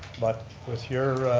but with your